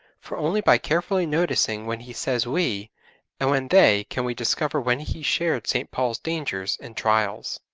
for only by carefully noticing when he says we and when they can we discover when he shared st. paul's dangers and trials.